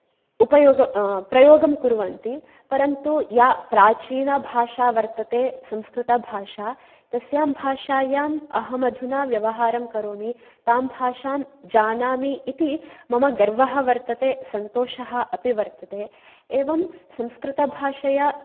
उपयोग प्रयोगं कुर्वन्ति परन्तु या प्राचीना भाषा वर्तते संस्कृतभाषा तस्यां भाषायाम् अहम् अधुना व्यवहारं करोमि तां भाषां जानामि इति मम गर्वः वर्तते सन्तोषः अपि वर्तते एवं संस्कृतभाषया